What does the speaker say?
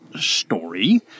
story